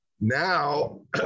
now